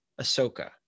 Ahsoka